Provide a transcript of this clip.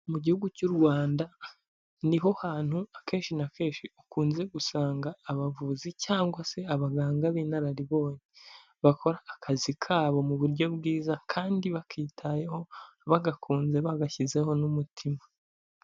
Mu gihugu cy'u Rwanda, ni ho hantu akenshi na kenshi ukunze gusanga abavuzi cyangwa se abaganga b'inararibonye, bakora akazi kabo mu buryo bwiza kandi bakitayeho, bagakunze bagashyizeho n'umutima.